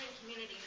community